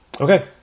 Okay